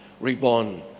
reborn